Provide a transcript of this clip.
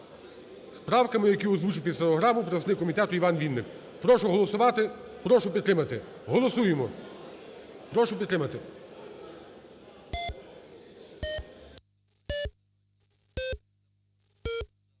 правками, які озвучив під стенограму представник комітету Іван Вінник. Прошу голосувати, прошу підтримати. Голосуємо. Прошу підтримати.